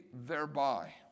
Thereby